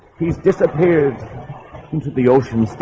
he's disappeared into the ocean